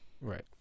right